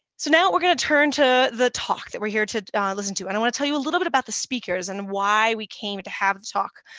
so now we're going to turn to the talk that we're here to listen to. and i want to tell you a little bit about the speakers and why we came to have the talk,